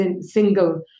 single